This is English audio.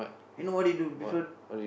you know what he do different